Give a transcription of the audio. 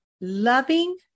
loving